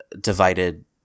divided